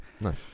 Nice